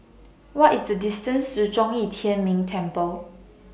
What IS The distance to Zhong Yi Tian Ming Temple